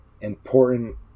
important